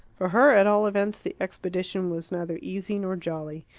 for her, at all events, the expedition was neither easy nor jolly.